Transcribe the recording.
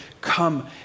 come